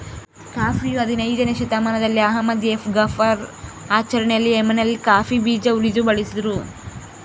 ಕಾಫಿಯು ಹದಿನಯ್ದನೇ ಶತಮಾನದಲ್ಲಿ ಅಹ್ಮದ್ ಎ ಗಫರ್ ಆಚರಣೆಯಲ್ಲಿ ಯೆಮೆನ್ನಲ್ಲಿ ಕಾಫಿ ಬೀಜ ಉರಿದು ಬಳಸಿದ್ರು